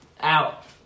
out